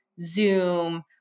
Zoom